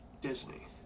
Disney